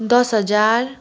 दस हजार